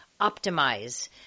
optimize